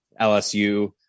lsu